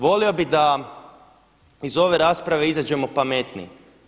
Volio bih da iz ove rasprave izađemo pametniji.